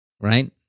right